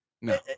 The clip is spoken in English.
No